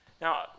Now